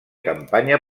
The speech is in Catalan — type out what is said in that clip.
campanya